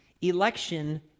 election